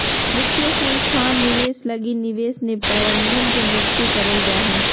वित्तीय संस्थान निवेश लगी निवेश प्रबंधक के नियुक्ति करल जा हय